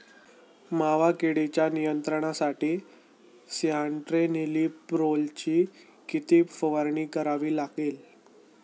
मावा किडीच्या नियंत्रणासाठी स्यान्ट्रेनिलीप्रोलची किती फवारणी करावी लागेल?